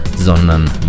sondern